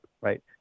right